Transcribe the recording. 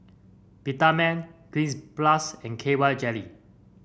Peptamen Cleanz Plus and K Y Jelly